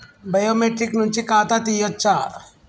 Biometric నుంచి ఖాతా తీయచ్చా?